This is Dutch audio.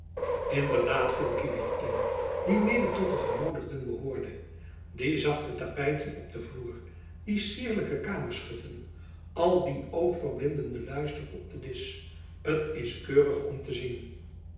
daad viel kievit in die mede tot de genoodigden behoorde die zachte tapijten op den vloer die cierlijke kraamschutten al die oogverblindende luister op den disch t is keurig om te zien